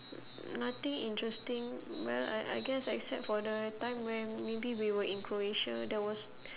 nothing interesting well I I guess except for the time when maybe we were in croatia there was